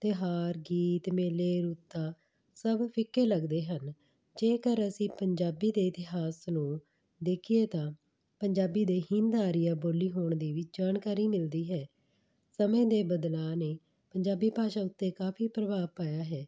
ਤਿਉਹਾਰ ਗੀਤ ਮੇਲੇ ਰੁੱਤਾਂ ਸਭ ਫਿੱਕੇ ਲੱਗਦੇ ਹਨ ਜੇਕਰ ਅਸੀਂ ਪੰਜਾਬੀ ਦੇ ਇਤਿਹਾਸ ਨੂੰ ਦੇਖੀਏ ਤਾਂ ਪੰਜਾਬੀ ਦੇ ਹਿੰਦ ਆਰੀਆ ਬੋਲੀ ਹੋਣ ਦੇ ਵੀ ਜਾਣਕਾਰੀ ਮਿਲਦੀ ਹੈ ਸਮੇਂ ਦੇ ਬਦਲਾਅ ਨੇ ਪੰਜਾਬੀ ਭਾਸ਼ਾ ਉੱਤੇ ਕਾਫੀ ਪ੍ਰਭਾਵ ਪਾਇਆ ਹੈ